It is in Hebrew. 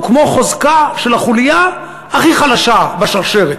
כמו חוזקה של החוליה הכי חלשה בשרשרת.